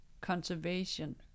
conservation